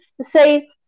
Say